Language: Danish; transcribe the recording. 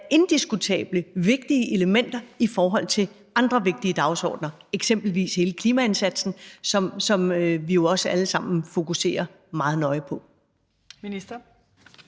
indiskutabelt vigtige elementer i forhold til andre vigtige dagsordener, eksempelvis hele klimaindsatsen, som vi jo også alle sammen fokuserer meget nøje på?